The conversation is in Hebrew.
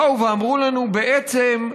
באו ואמרו לנו: בעצם,